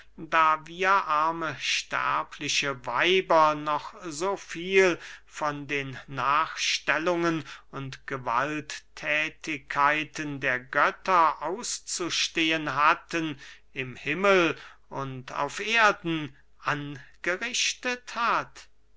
da wir arme sterbliche weiber noch so viel von den nachstellungen und gewaltthätigkeiten der götter auszustehen hatten im himmel und auf erden angerichtet hat